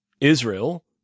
Israel